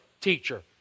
teacher